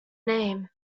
name